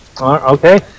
Okay